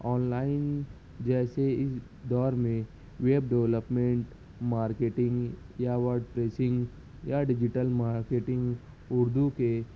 on line جیسے اس دور میں ویب ڈولپمنٹ مارکیٹنگ یا ورڈ پروسنگ یا ڈیجیٹل مارکیٹنگ اردو کے